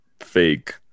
fake